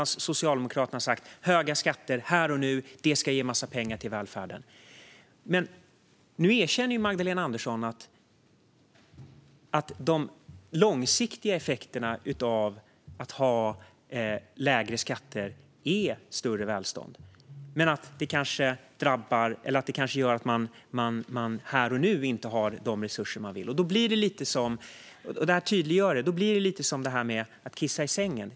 Socialdemokraterna däremot har sagt att höga skatter här och nu ska ge en massa pengar till välfärden. Nu erkänner Magdalena Andersson att de långsiktiga effekterna av att ha lägre skatter är större välstånd, men det kan innebära att man här och nu inte har de resurser man vill ha. Låt mig göra tydligt; det blir som att kissa i sängen.